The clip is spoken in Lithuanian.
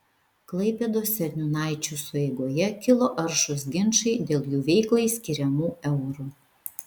klaipėdos seniūnaičių sueigoje kilo aršūs ginčai dėl jų veiklai skiriamų eurų